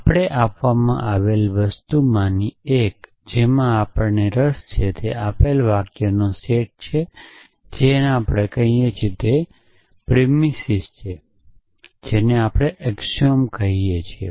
આપણને આપવામાં આવેલી વસ્તુમાંની એક જેમાં આપણને રસ છે તે આપેલ વાક્યોનો સેટ છે જેને આપણે કહી શકીએ છીએ તે પ્રિમીસીસ છે જેને આપણે અક્ષિઓમ કહી શકીએ છીએ